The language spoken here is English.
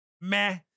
Meh